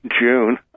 June